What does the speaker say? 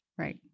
Right